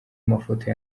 mafoto